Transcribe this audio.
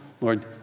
Lord